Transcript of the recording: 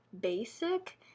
basic